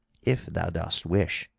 if thou dost wish,